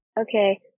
Okay